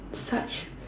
such